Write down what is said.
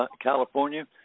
California